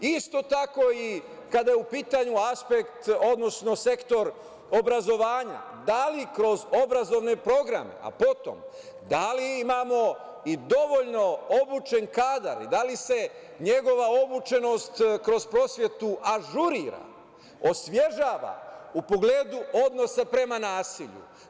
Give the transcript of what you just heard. Isto tako, kada je u pitanju aspekt, odnosno sektor obrazovanja, da li kroz obrazovne programe, a potom da li imamo i dovoljno obučen kadar i da li se njegova obučenost kroz prosvetu ažurira, osvežava u pogledu odnosa prema nasilju?